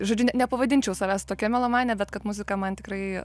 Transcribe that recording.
žodžiu ne nepavadinčiau savęs tokia melomane bet kad muzika man tikrai